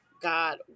God